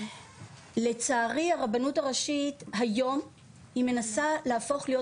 לצערי הרבנות הראשית היום מנסה להפוך להיות